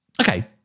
Okay